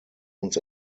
uns